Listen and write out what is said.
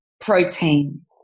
protein